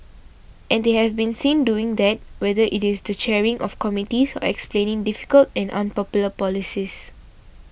and they have been seen doing that whether it is the chairing of committees or explaining difficult and unpopular policies